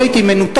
אני הייתי מנותק.